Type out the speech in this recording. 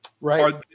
Right